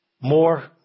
more